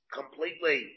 completely